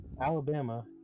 Alabama